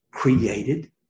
created